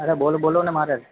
અરે બોલો બોલો ને મહારાજ